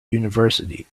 university